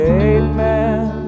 amen